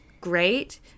great